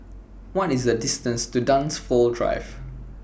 What IS The distance to Dunsfold Drive